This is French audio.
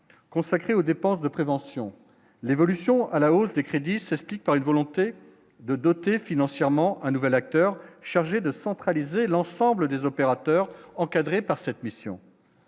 consacré aux dépenses de prévention, l'évolution à la hausse des crédits ce speak par une volonté de doter financièrement un nouvel acteur chargé de centraliser l'ensemble des opérateurs encadrés par cette mission.